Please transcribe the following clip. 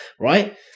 Right